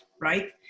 right